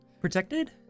protected